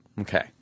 Okay